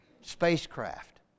spacecraft